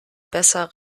besser